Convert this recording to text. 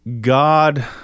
God